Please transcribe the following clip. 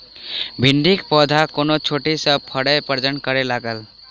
भिंडीक पौधा कोना छोटहि सँ फरय प्रजनन करै लागत?